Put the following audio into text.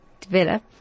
develop